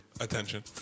Attention